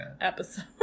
episode